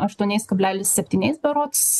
aštuoniais kablelis septyniais berods